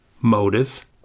motive